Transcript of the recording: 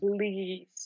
please